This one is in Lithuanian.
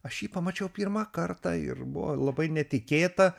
aš jį pamačiau pirmą kartą ir buvo labai netikėta